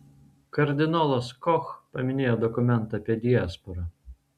kardinolas koch paminėjo dokumentą apie diasporą